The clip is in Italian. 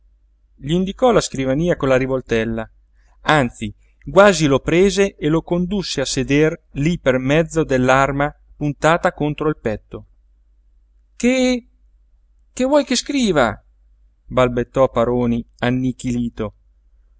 scrivi gl'indicò la scrivania con la rivoltella anzi quasi lo prese e lo condusse a seder lí per mezzo dell'arma puntata contro il petto che che vuoi che scriva balbettò paroni annichilito